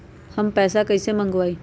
हम पैसा कईसे मंगवाई?